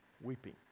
weeping